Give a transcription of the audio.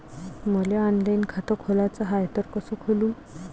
मले ऑनलाईन खातं खोलाचं हाय तर कस खोलू?